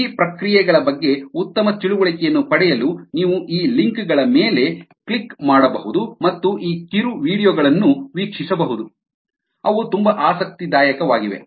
ಈ ಪ್ರಕ್ರಿಯೆಗಳ ಬಗ್ಗೆ ಉತ್ತಮ ತಿಳುವಳಿಕೆಯನ್ನು ಪಡೆಯಲು ನೀವು ಈ ಲಿಂಕ್ ಗಳ ಮೇಲೆ ಕ್ಲಿಕ್ ಮಾಡಬಹುದು ಮತ್ತು ಈ ಕಿರು ವೀಡಿಯೊ ಗಳನ್ನು ವೀಕ್ಷಿಸಬಹುದು ಅವು ತುಂಬಾ ಆಸಕ್ತಿದಾಯಕವಾಗಿವೆ